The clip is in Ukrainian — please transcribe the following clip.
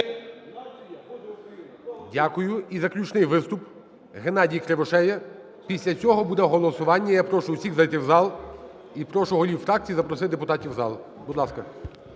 Дякую. І заключний виступ, ГеннадійКривошея. Після цього буде голосування. Я прошу всіх зайти в зал і прошу голів фракцій запросити депутатів в зал. Будь ласка.